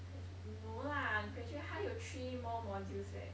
graduate no lah graduate 还有 three more modules leh